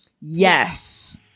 Yes